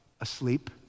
Asleep